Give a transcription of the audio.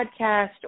podcast